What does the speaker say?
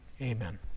amen